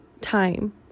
time